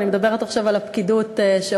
אני מדברת עכשיו על הפקידוּת שעורכת